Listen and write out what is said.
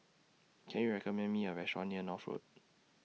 Can YOU recommend Me A Restaurant near North Road